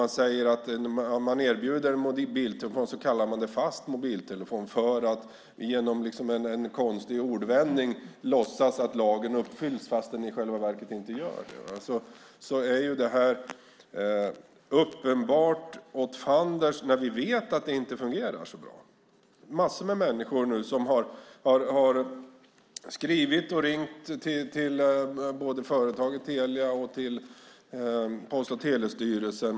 När man erbjuder en mobiltelefon kallar man det fast mobiltelefon för att genom en konstig ordvändning låtsas att lagen uppfylls fast det i själva verket inte sker. Det här är uppenbart åt fanders, när vi vet att det inte fungerar så bra. Det är massor med människor som har skrivit och ringt till både företaget Telia och Post och telestyrelsen.